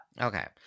Okay